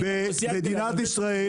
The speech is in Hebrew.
ואם האוכלוסייה גדלה,